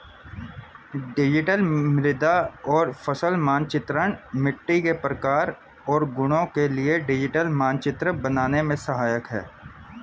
digital मृदा और फसल मानचित्रण मिट्टी के प्रकार और गुणों के लिए डिजिटल मानचित्र बनाने में सहायक है